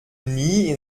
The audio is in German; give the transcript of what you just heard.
nie